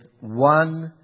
one